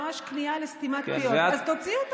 זה ממש סתימת פיות בצורה